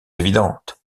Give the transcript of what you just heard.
évidentes